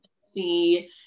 see